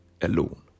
alone